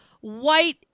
white